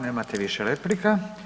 Nemate više replika.